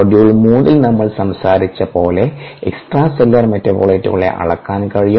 module 3ൽ നമ്മൾ സംസാരിച്ച പോലെ എക്സ്ട്രാ സെല്ലുലാർ മെറ്റബോളിറ്റുകളെ അളക്കാൻ കഴിയും